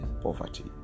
poverty